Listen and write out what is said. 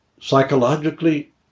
psychologically